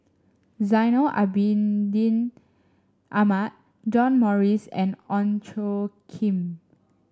Zainal Abidin Ahmad John Morrice and Ong Tjoe Kim